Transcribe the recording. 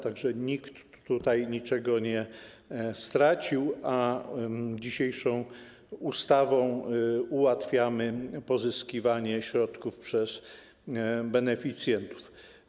Tak że nikt tutaj niczego nie stracił, a dzisiejszą ustawą ułatwiamy pozyskiwanie środków przez beneficjentów.